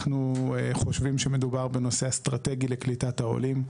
אנחנו חושבים שמדובר בנושא אסטרטגי לקליטת העולים.